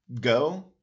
go